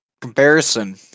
comparison